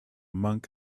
monk